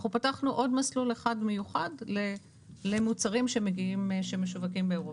אנחנו פתחנו עוד מסלול אחד מיוחד למוצרים שמשווקים באירופה.